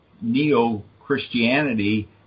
neo-Christianity